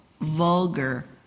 vulgar